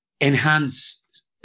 enhance